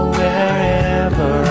wherever